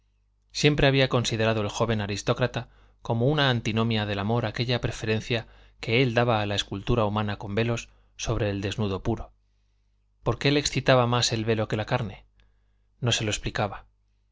siempre había considerado el joven aristócrata como una antinomia del amor aquella preferencia que él daba a la escultura humana con velos sobre el desnudo puro por qué le excitaba más el velo que la carne no se lo explicaba